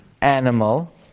animal